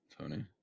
Tony